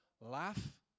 laugh